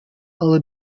alle